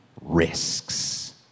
risks